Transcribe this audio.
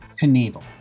Knievel